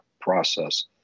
process